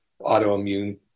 autoimmune